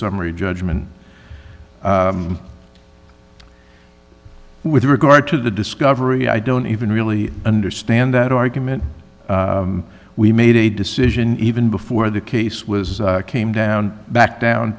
summary judgment with regard to the discovery i don't even really understand that argument we made a decision even before the case was came down back down